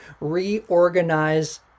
reorganize